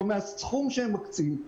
או מהסכום שהם מקצים,